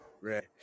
Right